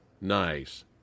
Nice